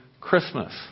Christmas